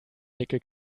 nickel